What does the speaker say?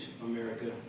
America